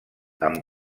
amb